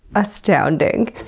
astounding.